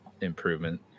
improvement